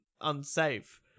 unsafe